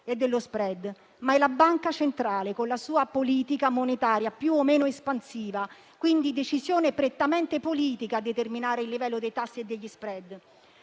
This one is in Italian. e dello *spread*, ma è la Banca centrale, con la sua politica monetaria più o meno espansiva. È quindi una decisione prettamente politica quella di determinare il livello dei tassi e degli *spread*.